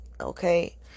Okay